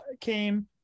came